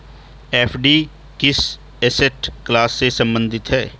FD किस asset class से संबंधित है?